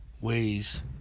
ways